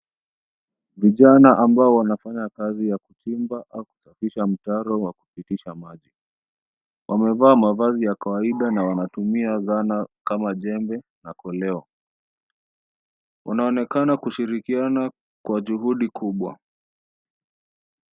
Vijana ambao wanafanya kazi ya kuchimba au kusafisha mtaro wa kupitisha maji. Wamevaa mavazi ya kawaida na wanatumia zana kama jembe na koleo. Inaonekana kushirikiana kwa juhudi kubwa.